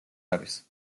არის